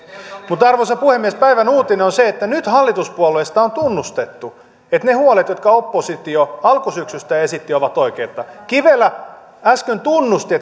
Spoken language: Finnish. mutta arvoisa puhemies päivän uutinen on se että nyt hallituspuolueista on tunnustettu että ne huolet jotka oppositio alkusyksystä esitti ovat oikeita kivelä äsken tunnusti